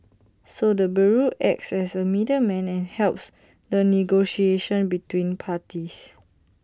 so the bureau acts as A middleman and helps the negotiation between parties